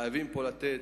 חייבים לתת